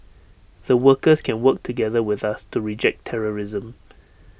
the workers can work together with us to reject terrorism